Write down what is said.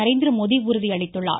நரேந்திரமோடி உறுதியளித்துள்ளார்